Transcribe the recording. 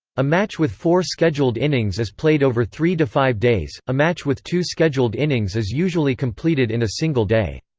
a match with four scheduled innings is played over three to five days a match with two scheduled innings is usually completed in a single day.